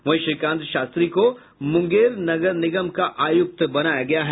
वहीं श्रीकांत शास्त्री को मुंगेर नगर निगम का आयुक्त बनाया गया है